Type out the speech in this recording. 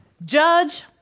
Judge